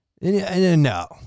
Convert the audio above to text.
no